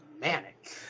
manic